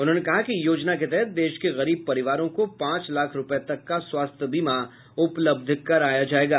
उन्होंने कहा कि योजना के तहत देश के गरीब परिवारों को पांच लाख रुपए तक का स्वास्थ्य बीमा उपलब्ध कराया जाएगा